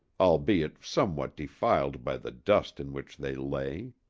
albeit somewhat defiled by the dust in which they lay.